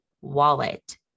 wallet